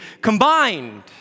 combined